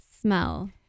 Smell